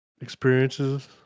experiences